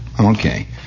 Okay